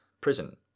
prison